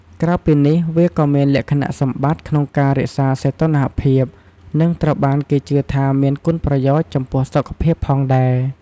ក្រៅពីនេះ វាក៏មានលក្ខណៈសម្បត្តិក្នុងការរក្សាសីតុណ្ហភាព និងត្រូវបានគេជឿថាមានគុណប្រយោជន៍ចំពោះសុខភាពផងដែរ។